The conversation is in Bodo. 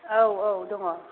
औ औ दङ